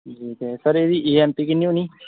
जी ते सर एह्दी A M T किन्नी होनी